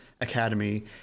Academy